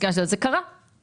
זה קרה.